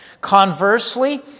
Conversely